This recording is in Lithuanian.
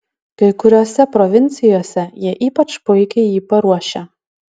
kai kuriose provincijose jie ypač puikiai jį paruošia